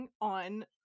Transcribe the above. on